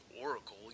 Oracle